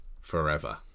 Forever